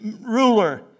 ruler